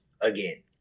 again